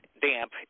damp